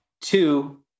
Two